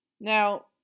Now